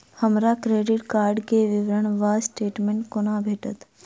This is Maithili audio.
हमरा क्रेडिट कार्ड केँ विवरण वा स्टेटमेंट कोना भेटत?